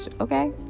Okay